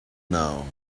now